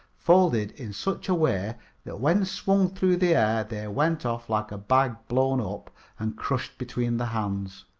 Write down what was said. folded in such a way that when swung through the air they went off like a bag blown up and crushed between the hands.